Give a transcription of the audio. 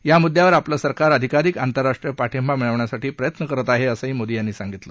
या मुद्दयावर आपलं सरकार अधिकाधिक आंतरराष्ट्रीय पाठिंबा मिळवण्यासाठी प्रयत्न करत आहे असंही मोदी यांनी सांगितलं